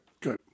Good